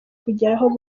kugeraho